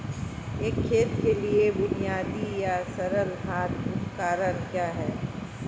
एक खेत के लिए बुनियादी या सरल हाथ उपकरण क्या हैं?